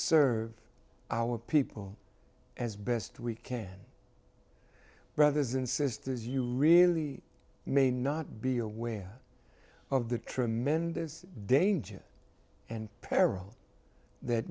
serve our people as best we can brothers and sisters you really may not be aware of the tremendous danger and peril that